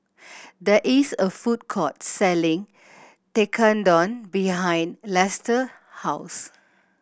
there is a food court selling Tekkadon behind Lester house